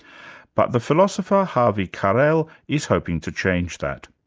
but the philosopher, havi carel is hoping to change that.